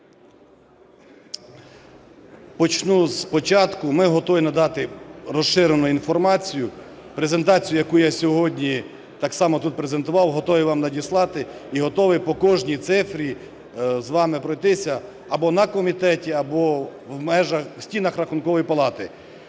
Почну з початку. Ми готові надати розширену інформацію, презентацію, яку я сьогодні так само тут презентував. Готовий вам надіслати і готовий по кожній цифрі з вами пройтися або на комітеті, або в межах, в стінах Рахункової палати.